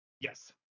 Yes